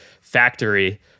factory